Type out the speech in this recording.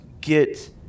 get